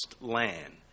land